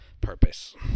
Purpose